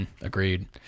Agreed